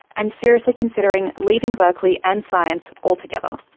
i'm seriously considering leaving berkeley and science altogether.